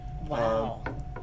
Wow